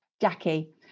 Jackie